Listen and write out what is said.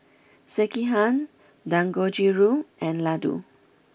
Sekihan Dangojiru and Ladoo